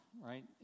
right